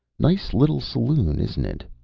nice little saloon, isn't it?